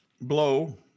blow